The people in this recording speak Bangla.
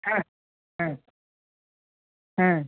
হুম হুম হুম